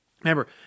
Remember